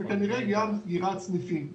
וכנראה גם סגירת סניפים,